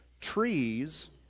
trees